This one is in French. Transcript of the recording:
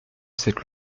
cette